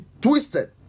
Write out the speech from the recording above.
twisted